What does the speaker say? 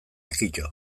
kito